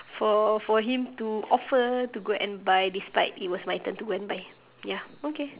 for for him to offer to go and buy despite it was my turn to go and buy ya okay